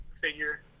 figure